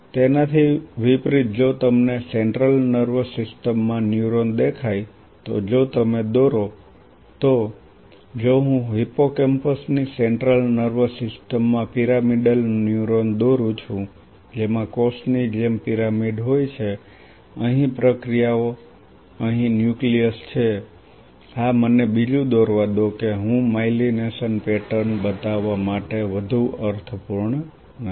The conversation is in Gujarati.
તેનાથી વિપરીત જો તમને સેન્ટ્રલ નર્વસ સિસ્ટમમાં ન્યુરોન દેખાય તો જો તમે દોરો તો જો હું હિપ્પોકેમ્પસ ની સેન્ટ્રલ નર્વસ સિસ્ટમમાં પિરામિડલ ન્યુરોન દોરું છું જેમાં કોષની જેમ પિરામિડ હોય છે અહીં પ્રક્રિયાઓ અહીં ન્યુક્લિયસ છે હા મને બીજું દોરવા દો કે હું માયલિનેશન પેટર્ન બતાવવા માટે વધુ અર્થપૂર્ણ નથી